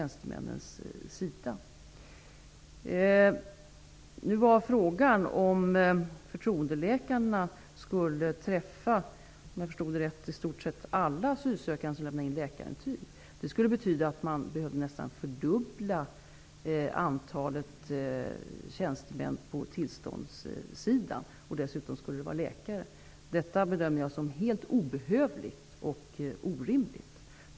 Nu var frågan om förtroendeläkarna skulle träffa i stort sett alla asylsökande som lämnar in läkarintyg. Det skulle betyda att det behövdes nästan en fördubbling av antalet tjänstemän på tillståndssidan och dessutom läkare. Detta bedömar jag som helt obehövligt och orimligt.